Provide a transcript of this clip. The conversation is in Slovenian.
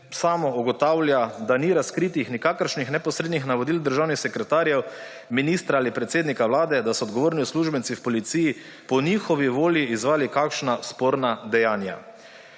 samo ugotavlja, da ni razkritih nikakršnih neposrednih navodil državnih sekretarjev, ministra ali predsednika Vlade, da so odgovorni uslužbenci v policiji po njihovi volji izvajali kakšna sporna dejanja.